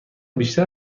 بیشتر